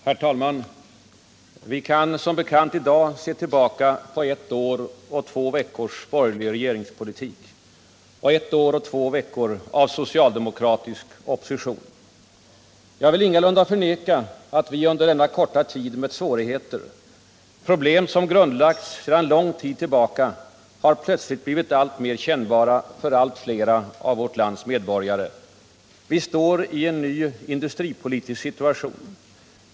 Herr talman! Vi kan som bekant i dag se tillbaka på ett år och två veckors borgerlig regeringspolitik. Och ett år och två veckor av socialdemokratisk opposition. Jag vill ingalunda förneka att vi under denna korta tid mött svårigheter. Problem som grundlagts sedan lång tid tillbaka har plötsligt blivit alltmer kännbara för allt fler av vårt lands medborgare. Vi står i en ny industripolitisk situation.